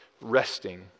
resting